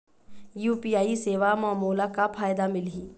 UPI सेवा म मोला का फायदा मिलही?